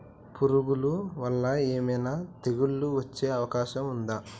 పురుగుల వల్ల ఏమైనా తెగులు వచ్చే అవకాశం ఉందా?